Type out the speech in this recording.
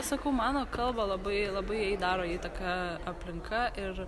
sakau mano kalbą labai labai jai daro įtaką aplinka ir